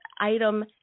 item